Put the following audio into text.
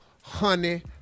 honey